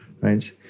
right